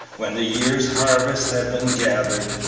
when the year's harvest had been gathered,